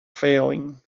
failing